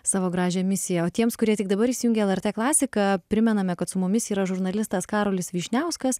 savo gražią misiją o tiems kurie tik dabar įsijungė lrt klasiką primename kad su mumis yra žurnalistas karolis vyšniauskas